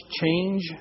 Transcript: change